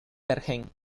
bergen